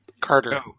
Carter